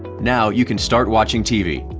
now you can start watching tv,